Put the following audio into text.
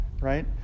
right